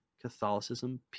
Catholicism